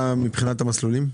נתונים מבחינת המסלולים?